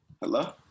Hello